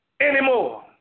anymore